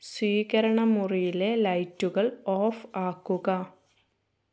സ്വീകരണമുറിയിലെ ലൈറ്റുകൾ ഓഫ് ആക്കുക